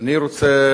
אני רוצה